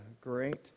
great